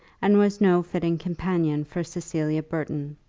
and was no fitting companion for cecilia burton.